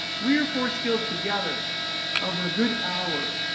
three or four skills together over a good hour.